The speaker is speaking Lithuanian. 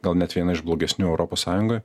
gal net viena iš blogesnių europos sąjungoj